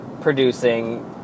producing